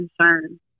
concern